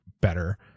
better